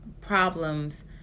problems